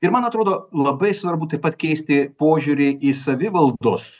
ir man atrodo labai svarbu taip pat keisti požiūrį į savivaldos